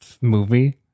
movie